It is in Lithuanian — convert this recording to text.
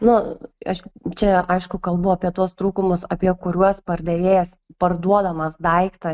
nu aš čia aišku kalbu apie tuos trūkumus apie kuriuos pardavėjas parduodamas daiktą